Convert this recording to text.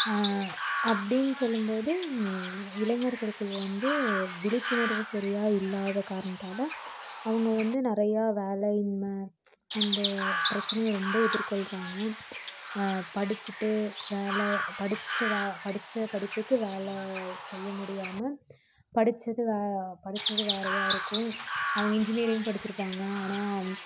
அப்டின்னு சொல்லும்போது இளைஞர்களுக்கு வந்து விழிப்புணர்வு சரியாக இல்லாத காரணத்தால் அவங்க வந்து நிறையா வேலை இன்மை அந்த பிரச்சனையை ரொம்ப எதிர்கொள்கிறாங்க படிச்சுட்டு வேலை படித்த படித்த படிப்புக்கு வேலை செய்ய முடியாமல் படித்தது படித்தது வேறயாக இருக்கும் அவங்க இன்ஜினியரிங் படித்திருப்பாங்க ஆனால்